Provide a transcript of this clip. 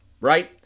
right